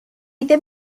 ddim